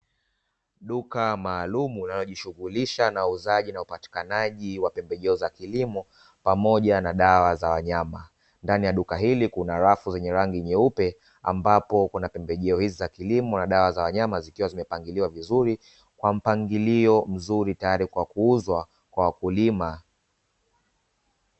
Duka maalumu linalojishughulisha na uuzaji na upataikanaji wa pembejeo za kilimo pamoja na dawa za wanyama. Ndani ya duka hili kuna rafu zenye rangi nyeupe ambapo kuna pembejeo hizi za kilimo na dawa za wanyama, zikiwa zimepangiliwa vizuri kwa mpangilio mzuri tayari kuuzwa kwa wakulima.